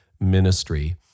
Ministry